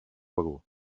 begur